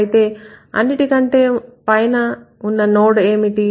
అయితే అన్నిటికంటే పైన నోడ్ ఏమిటి